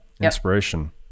Inspiration